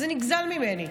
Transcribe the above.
זה נגזל ממני,